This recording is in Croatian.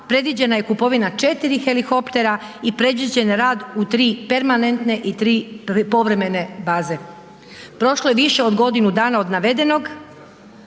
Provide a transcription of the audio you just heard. predviđena je kupovina 4 helikoptera i predviđen rad u 3 permanentne i 3 povremene baze. Prošlo je više od godinu dana od navedeno,